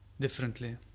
differently